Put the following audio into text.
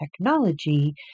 technology